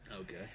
Okay